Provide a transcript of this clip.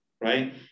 right